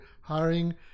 Hiring